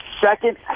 second